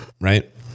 right